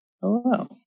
Hello